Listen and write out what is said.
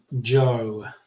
Joe